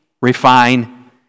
refine